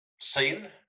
seen